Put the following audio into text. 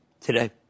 today